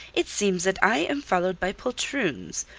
it seems that i am followed by poltroons.